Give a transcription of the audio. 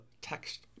text